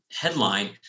headline